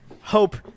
hope